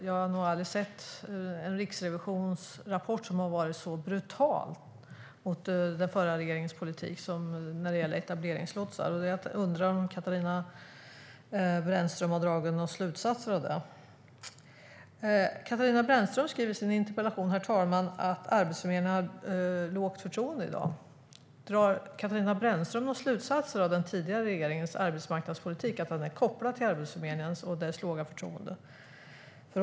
Jag har nog aldrig sett en rapport från Riksrevisionen som har varit så brutal mot den förra regeringens politik som när det gäller etableringslotsar. Jag undrar om Katarina Brännström har dragit några slutsatser av det. Katarina Brännström skriver i sin interpellation, herr talman, att Arbetsförmedlingen åtnjuter lågt förtroende i dag. Drar Katarina Brännström några slutsatser av den tidigare regeringens arbetsmarknadspolitik, att den är kopplad till det låga förtroendet för Arbetsförmedlingen?